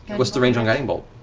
what's the range on guiding bolt?